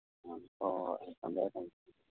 ꯑꯥ ꯍꯣꯏ ꯍꯣꯏ ꯊꯝꯕꯤꯔꯣ ꯊꯝꯕꯤꯔꯣ